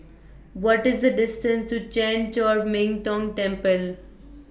What IS The distance to Chan Chor Min Tong Temple